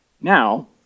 Now